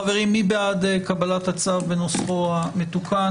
חברים, מי בעד קבלת הצו בנוסחו המתוקן?